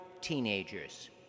teenagers